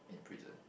in prison